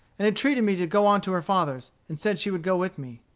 and entreated me to go on to her father's, and said she would go with me.